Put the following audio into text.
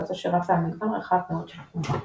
כזו שרצה על מגוון רחב מאוד של חומרה.